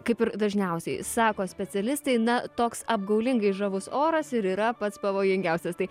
kaip ir dažniausiai sako specialistai na toks apgaulingai žavus oras ir yra pats pavojingiausias tai